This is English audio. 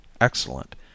Excellent